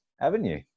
avenue